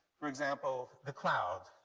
for example, the cloud.